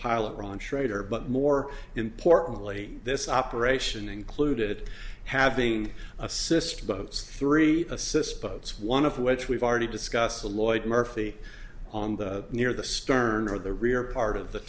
pilot ron schrader but more importantly this operation included having assisted boats three assists boats one of which we've already discussed the lloyd murphy on the near the stern or the rear part of the